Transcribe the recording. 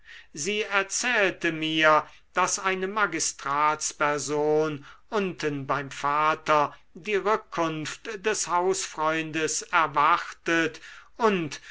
sie erzählte mir daß eine magistratsperson unten beim vater die rückkunft des hausfreundes erwartet und